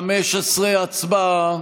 מס' 117, הצבעה.